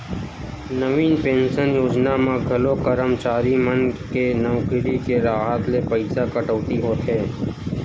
नवीन pension योजना म घलो करमचारी मन के नउकरी के राहत ले पइसा कटउती होथे